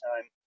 time